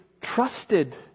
trusted